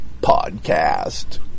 podcast